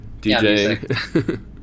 DJ